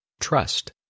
trust